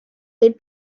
les